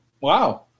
wow